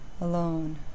alone